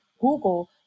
Google